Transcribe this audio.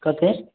कथि